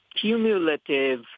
cumulative